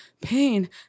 pain